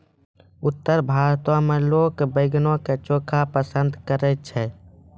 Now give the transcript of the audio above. उत्तर भारतो मे लोक बैंगनो के चोखा पसंद करै छै